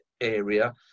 area